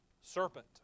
Serpent